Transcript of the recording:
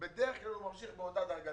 בדרך כלל הוא ממשיך באותה דרגה,